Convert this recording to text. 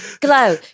glow